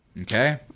Okay